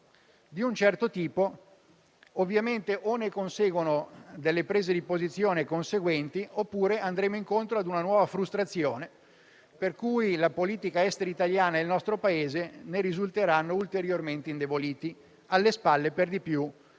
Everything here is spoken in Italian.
di un certo tipo, o facciamo seguire prese di posizione conseguenti oppure andremo incontro a una nuova frustrazione, per cui la politica estera italiana e il nostro Paese ne risulteranno ulteriormente indeboliti, alle spalle, per di più,